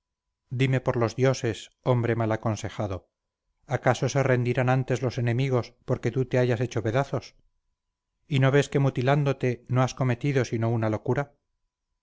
dime por los dioses hombre mal aconsejado acaso se rendirán antes los enemigos porque tú te hayas hecho pedazos y no ves que mutilándote no has cometido sino una locura